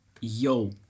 Yo